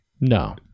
No